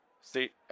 See